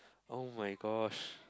oh-my-gosh